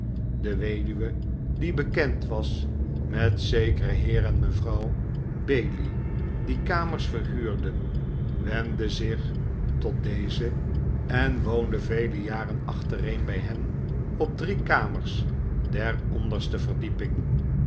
de weduwe die bekend was met zekeren heer en juffrouw bailey die kamers verhuurden wendde zich tot dezen en woonde vele jaren achtereen bij hen op drie kamers der onderste verdieping